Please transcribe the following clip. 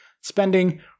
spending